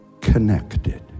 connected